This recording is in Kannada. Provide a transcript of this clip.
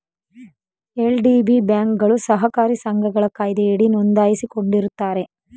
ಎಲ್.ಡಿ.ಬಿ ಬ್ಯಾಂಕ್ಗಳು ಸಹಕಾರಿ ಸಂಘಗಳ ಕಾಯ್ದೆಯಡಿ ನೊಂದಾಯಿಸಿಕೊಂಡಿರುತ್ತಾರೆ